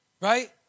right